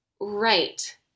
right